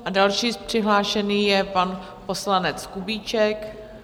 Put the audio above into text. A další přihlášený je pan poslanec Kubíček.